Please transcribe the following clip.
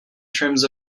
terms